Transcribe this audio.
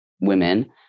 women